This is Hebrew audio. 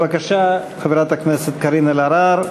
בבקשה, חברת הכנסת קארין אלהרר,